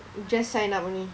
you just sign up only